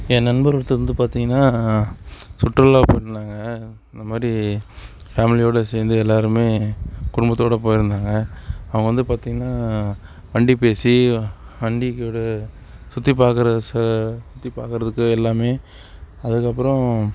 என் நண்பர் ஒருத்தர் வந்து பார்த்தீங்கன்னா சுற்றுலா போயிருந்தாங்கள் இந்த மாதிரி ஃபேம்லியோட சேர்ந்து எல்லாருமே குடும்பத்தோட போயிருந்தாங்கள் அவங்க வந்து பார்த்தீங்கன்னா வண்டி பேசி வண்டிக்கூட சுற்றிப் பார்க்குற ச சுத்திப்பார்க்கறதுக்கு எல்லாமே அதுக்கப்புறம்